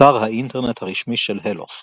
האינטרנט הרשמי של הלוסק